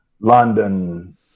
London